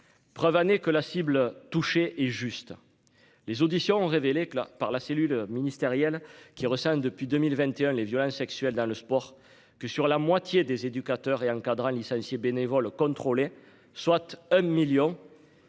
Preuve année que la cible touchée et juste. Les auditions ont révélé que la par la cellule ministérielle qui recense depuis 2021 les violences sexuelles dans le sport que sur la moitié des éducateurs et licenciés bénévoles contrôlé soit un million.